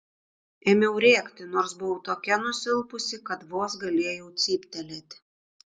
ėmiau rėkti nors buvau tokia nusilpusi kad vos galėjau cyptelėti